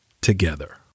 together